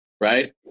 right